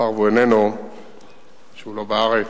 מאחר שהוא איננו הוא לא בארץ,